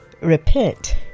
repent